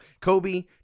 Kobe